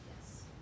Yes